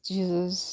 Jesus